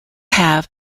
have